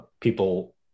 people